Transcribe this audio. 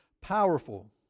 powerful